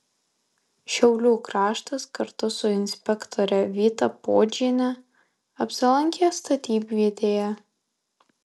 šiaulių kraštas kartu su inspektore vyta puodžiene apsilankė statybvietėje